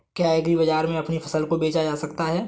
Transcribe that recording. क्या एग्रीबाजार में अपनी फसल को बेचा जा सकता है?